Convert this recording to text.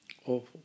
Awful